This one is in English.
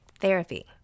therapy